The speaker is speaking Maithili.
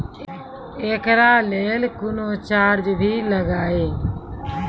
एकरा लेल कुनो चार्ज भी लागैये?